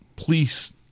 Please